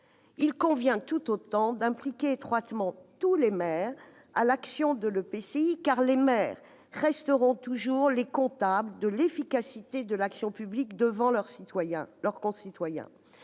Il convient tout autant d'impliquer étroitement tous les maires à l'action de l'EPCI, car ils resteront toujours comptables de l'efficacité de l'action publique devant leurs concitoyens.